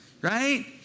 Right